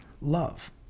love